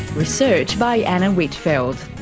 research by anna whitfeld,